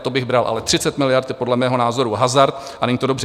To bych bral, ale 30 miliard je podle mého názoru hazard a není to dobře.